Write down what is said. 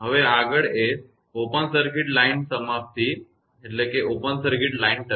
હવે આગળ એ ઓપન સર્કિટ લાઇન સમાપ્તિ છે